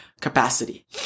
capacity